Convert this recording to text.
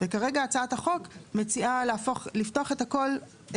כרגע הצעת החוק מציעה לפתוח את הכול,